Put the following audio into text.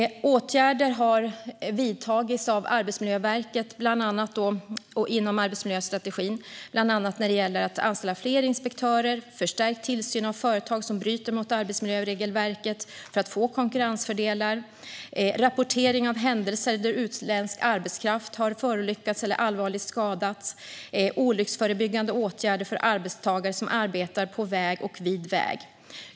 Åtgärder har vidtagits av Arbetsmiljöverket inom arbetsmiljöstrategin, bland annat när det gäller att anställa fler inspektörer. Det handlar även om förstärkt tillsyn av företag som bryter mot arbetsmiljöregelverket för att få konkurrensfördelar, rapportering av händelser där utländsk arbetskraft har förolyckats eller allvarligt skadats och olycksförebyggande åtgärder för arbetstagare som arbetar på väg och vid väg.